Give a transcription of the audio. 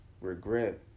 regret